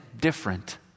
different